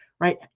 right